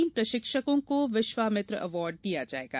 तीन प्रशिक्षकों को विश्वामित्र अवार्ड दिया जायेगा